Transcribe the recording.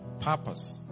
purpose